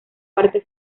parte